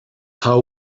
how